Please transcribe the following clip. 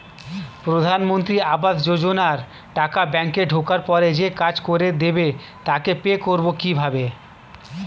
প্রধানমন্ত্রী আবাস যোজনার টাকা ব্যাংকে ঢোকার পরে যে কাজ করে দেবে তাকে পে করব কিভাবে?